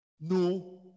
No